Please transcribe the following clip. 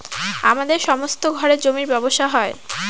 আমাদের সমস্ত ঘরে জমির ব্যবসা হয়